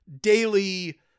daily